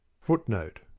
Footnote